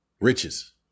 riches